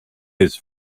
his